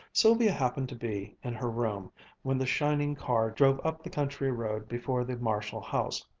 sylvia happened to be in her room when the shining car drove up the country road before the marshall house,